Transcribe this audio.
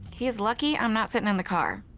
he is lucky i'm not sitting in the car.